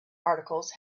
articles